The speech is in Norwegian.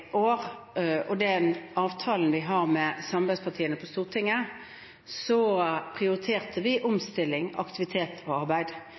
år, og i den avtalen vi har med samarbeidspartiene på Stortinget, prioriterte vi omstilling, aktivitet og arbeid.